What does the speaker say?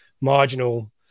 marginal –